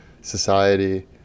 society